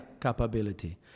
capability